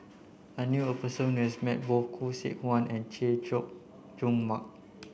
I knew a person who has met both Khoo Seok Wan and Chay Jung Jun Mark